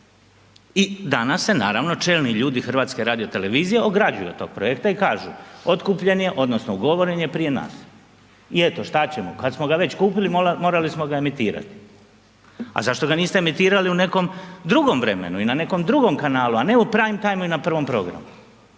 i danas se naravno čelni ljudi HRT-a ograđuju od tog projekta i kažu otkupljen je odnosno ugovoren je prije nas i eto šta ćemo kad smo ga već kupili morali smo ga emitirati, a zašto ga niste emitirali u nekom drugom vremenu i na nekom drugom kanalu, a ne u prime time i na 1. programu,